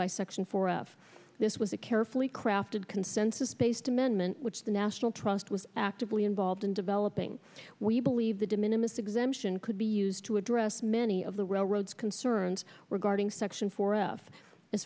by section four of this was a carefully crafted consensus based amendment which the national trust was actively involved in developing we believe the de minimus exemption could be used to address many of the railroads concerns regarding section four of as